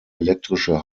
elektrische